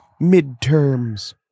midterms